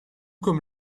comme